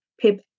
Pip